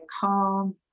calm